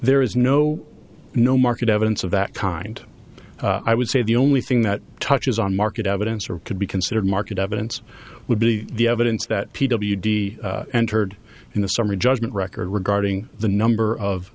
there is no no market evidence of that kind i would say the only thing that touches on market evidence or could be considered market evidence would be the evidence that p w d entered in the summary judgment record regarding the number of